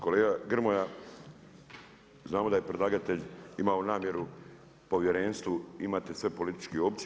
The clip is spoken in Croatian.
Kolega Grmoja, znamo da je predlagatelj imao namjeru povjerenstvu imate sve političke opcije.